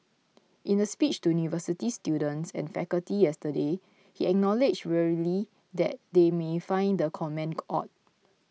in a speech to university students and faculty yesterday he acknowledged wryly that they may find the comment odd